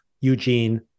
Eugene